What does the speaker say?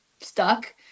stuck